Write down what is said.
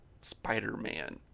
spider-man